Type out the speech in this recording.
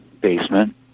basement